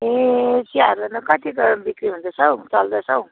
ए चियाहरू अन्त कतिको बिक्री हुँदैछ हौ चल्दैछ हौ